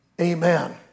amen